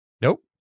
Nope